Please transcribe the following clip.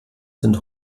sind